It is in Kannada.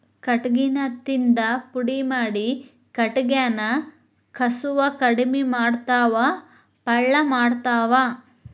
ಕಟಗಿನ ತಿಂದ ಪುಡಿ ಮಾಡಿ ಕಟಗ್ಯಾನ ಕಸುವ ಕಡಮಿ ಮಾಡತಾವ ಪಳ್ಳ ಮಾಡತಾವ